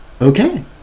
okay